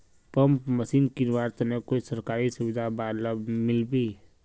Pump machine किनवार तने कोई सरकारी सुविधा बा लव मिल्बी?